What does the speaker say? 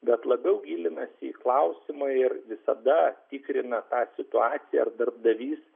bet labiau gilinasi į klausimą ir visada tikrina tą situaciją ar darbdavys